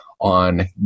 on